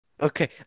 Okay